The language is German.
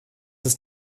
ist